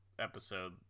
episode